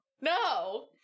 no